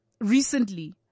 recently